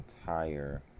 entire